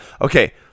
Okay